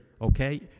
okay